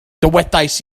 dywedais